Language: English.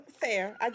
Fair